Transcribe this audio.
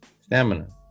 Stamina